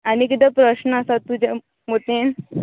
आनी कितें प्रश्न आसात तुजें मोतीन